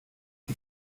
die